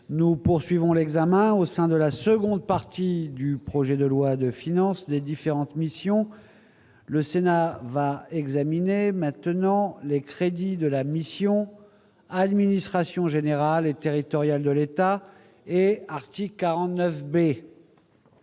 nous poursuivons l'examen au sein de la seconde partie du projet de loi de finances des différentes missions : le Sénat va examiner maintenant les crédits de la mission, administration générale et territoriale de l'État et article 49 B.